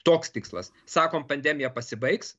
toks tikslas sakom pandemija pasibaigs